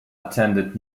attended